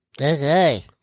Okay